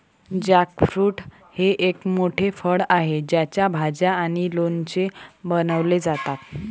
jackfruit हे एक मोठे फळ आहे ज्याच्या भाज्या आणि लोणचे बनवले जातात